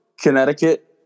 Connecticut